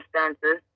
circumstances